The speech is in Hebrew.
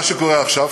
מה שקורה עכשיו,